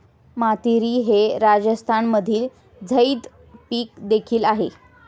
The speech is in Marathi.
मातीरी हे राजस्थानमधील झैद पीक देखील आहे